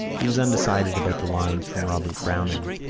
he was undecided about the lines from robert browning,